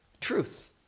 truth